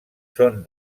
són